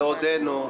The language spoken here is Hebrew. ועודנו,